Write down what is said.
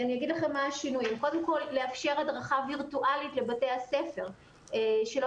קודם כל לאפשר הדרכה וירטואלית לבתי הספר שלא